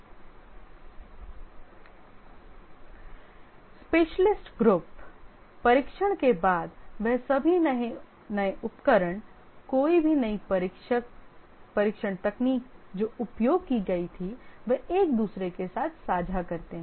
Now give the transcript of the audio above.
specialist groups परीक्षण के बाद वह सभी नए उपकरण कोई भी नई परीक्षण तकनीक जो उपयोग की गई थी वे एक दूसरे के साथ साझा करते हैं